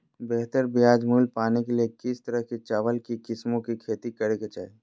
बेहतर बाजार मूल्य पाने के लिए किस तरह की चावल की किस्मों की खेती करे के चाहि?